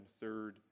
Third